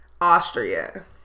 Austria